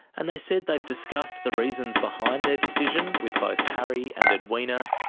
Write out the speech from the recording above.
and they said they've discussed the reasons behind their decision with both harry and edwina,